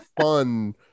fun